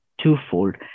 twofold